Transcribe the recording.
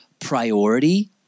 Priority